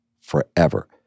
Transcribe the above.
forever